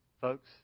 Folks